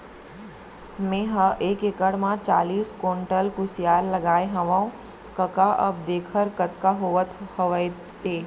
मेंहा एक एकड़ म चालीस कोंटल कुसियार लगाए हवव कका अब देखर कतका होवत हवय ते